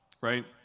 right